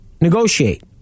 negotiate